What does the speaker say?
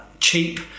cheap